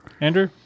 Andrew